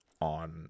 On